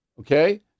Okay